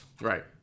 Right